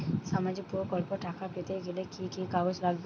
সামাজিক প্রকল্পর টাকা পেতে গেলে কি কি কাগজ লাগবে?